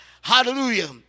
Hallelujah